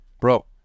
Bro